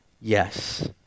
yes